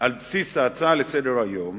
על בסיס ההצעה לסדר-היום